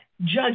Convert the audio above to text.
judge